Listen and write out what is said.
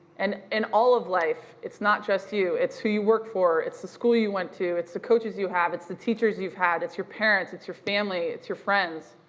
and in all of life, it's not just you. it's who you work for. it's the school you went to. it's the coaches you have. it's the teachers you've had. it's you parents, it's your family, it's your friends.